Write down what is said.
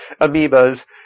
amoebas